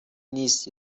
نیست